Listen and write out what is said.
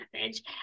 message